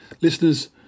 listeners